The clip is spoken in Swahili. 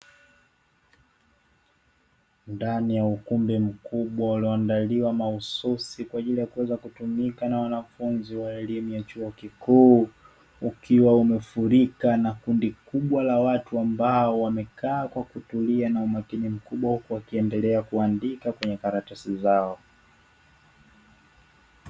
Ndani ya ukumbi mkubwa ulioandaliwa mahususi kwa ajili ya kuweza kutumika na wanafunzi wa elimu ya chuo kikuu, ukiwa umefurika na kundi kubwa la watu ambao wamekaa kwa kutulia na umakini mkubwa, huku wakiendelea kuandika kwenye karatasi zao.